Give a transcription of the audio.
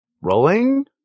Rolling